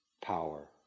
power